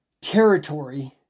territory